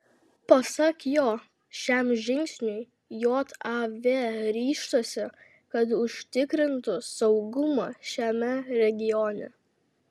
pasak jo šiam žingsniui jav ryžtasi kad užtikrintų saugumą šiame regione